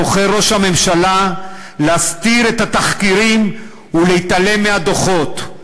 בוחר ראש הממשלה להסתיר את התחקירים ולהתעלם מהדוחות.